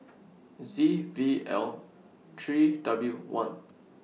Z V L three W one